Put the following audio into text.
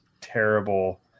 terrible